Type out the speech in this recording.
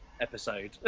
episode